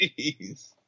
Jeez